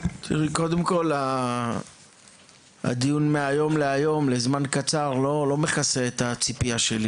קודם כל הדיון מהיום להיום לזמן קצר לא מכסה את הציפייה שלי